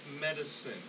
medicine